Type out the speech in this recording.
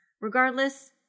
regardless